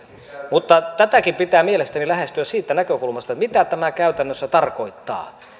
mutta tätäkin pitää mielestäni lähestyä siitä näkökulmasta mitä tämä käytännössä tarkoittaa